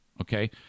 Okay